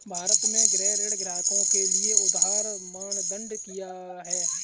भारत में गृह ऋण ग्राहकों के लिए उधार मानदंड क्या है?